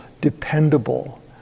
dependable